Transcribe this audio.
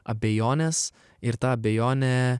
abejonės ir tą abejonę